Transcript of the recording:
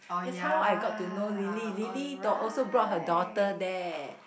that's how I got to know Lily Lily also brought her daughter there